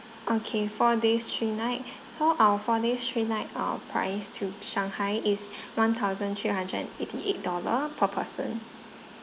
okay four days three nights so our four days three nights uh price to shanghai is one thousand three hundred and eighty eight dollar per person